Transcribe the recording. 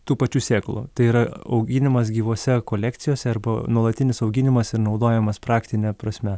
tų pačių sėklų tai yra auginimas gyvose kolekcijose arba nuolatinis auginimas naudojamas praktine prasme